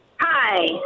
Hi